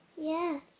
Yes